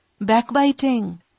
backbiting